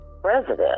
president